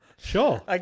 Sure